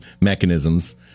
mechanisms